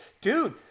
Dude